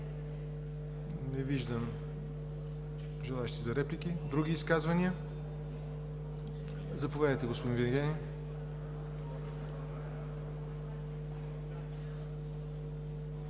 Не виждам желаещи. Други изказвания? Заповядайте, господин Вигенин.